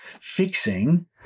fixing